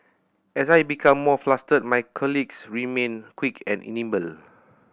as I became more flustered my colleagues remained quick and nimble